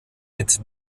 mit